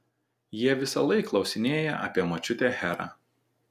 jie visąlaik klausinėja apie močiutę herą